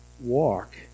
walk